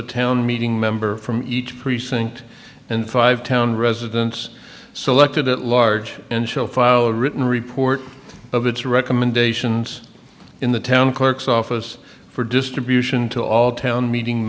a town meeting member from each precinct and five town residents selected at large and shall file a written report of its recommendations in the town clerk's office for distribution to all town meeting